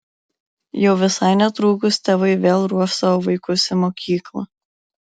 jau visai netrukus tėvai vėl ruoš savo vaikus į mokyklą